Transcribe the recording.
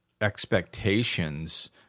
expectations